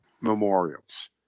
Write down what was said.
memorials